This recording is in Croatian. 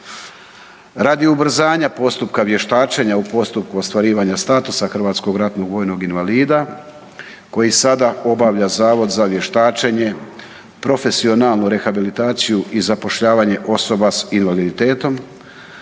Radi ubrzanja postupka vještačenja u postupku ostvarivanja statusa hrvatskog ratnog vojnog invalida koji sada obavlja Zavod za vještačenje, profesionalnu rehabilitaciju i zapošljavanje osoba sa invaliditetom,